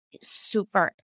super